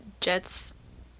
Jet's